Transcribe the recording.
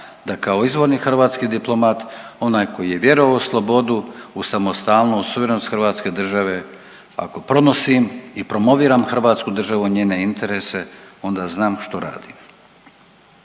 da kao izvorni hrvatski diplomat, onaj koji je vjerovao u slobodu, u samostalnost, suverenost hrvatske države, ako pronosim i promoviram hrvatsku državu i njene interese, onda znam što radim.